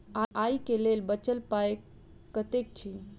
आइ केँ लेल बचल पाय कतेक अछि?